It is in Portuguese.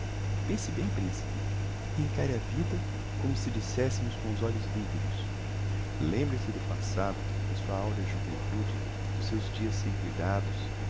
pense bem principe encare a vida como se dissessemos com uns olhos limpidos lembre-se do passado da sua aurea juventude dos seus dias sem cuidados